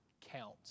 count